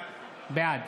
בעד